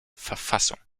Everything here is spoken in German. verfassung